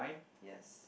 yes